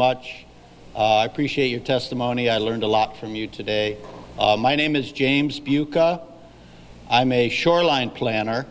much appreciate your testimony i learned a lot from you today my name is james buca i'm a shoreline planner